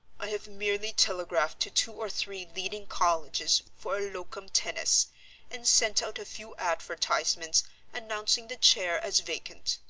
i have merely telegraphed to two or three leading colleges for a locum tenens and sent out a few advertisements announcing the chair as vacant.